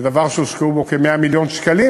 זה דבר שהושקעו בו כ-100 מיליון שקלים,